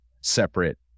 separate